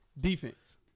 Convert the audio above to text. Defense